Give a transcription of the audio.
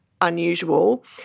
unusual